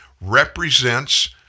represents